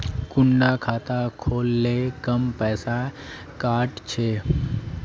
कुंडा खाता खोल ले कम पैसा काट छे?